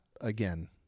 again